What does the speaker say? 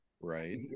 Right